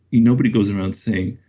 nobody goes around saying,